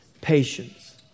patience